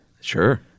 Sure